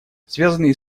связанные